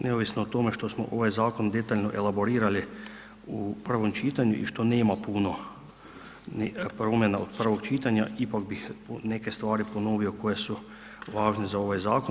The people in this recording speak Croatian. Neovisno o tome što smo ovaj zakon detaljno elaborirali u prvom čitanju i što nema puno promjena od prvog čitanja, ipak bih neke stvari ponovio koje su važne za ovaj zakon.